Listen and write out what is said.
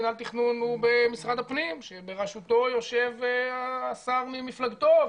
מינהל תכנון הוא במשרד הפנים שבראשותו יושב השר ממפלגתו.